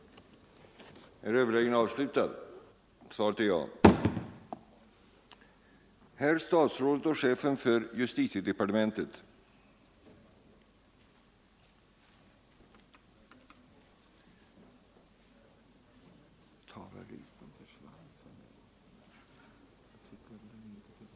Torsdagen den 28 november 1974 Överläggningen var härmed slutad. Om sekretesskydd för vissa personupp § 7 Om sekretesskydd för vissa personuppgifter gifter